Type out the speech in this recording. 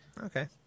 Okay